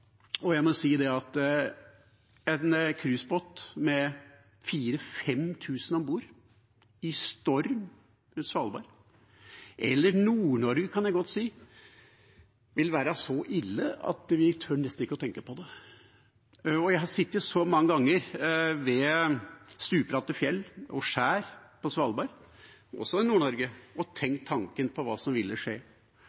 Jeg må si at en cruisebåt med 4 000–5 000 om bord i storm rundt Svalbard, eller jeg kan godt si Nord-Norge, vil være så ille at vi tør nesten ikke å tenke på det. Jeg har sittet så mange ganger ved stupbratte fjell og skjær på Svalbard, også i Nord-Norge, og